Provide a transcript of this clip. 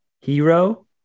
Hero